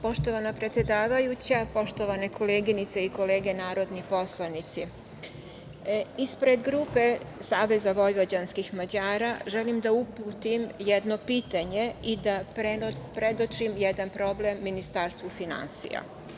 Poštovana predsedavajuća, poštovane koleginice i kolege narodni poslanici, ispred grupe SVM želim da uputim i jedno pitanje i da predočim jedan problem Ministarstvu finansija.